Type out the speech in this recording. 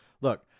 look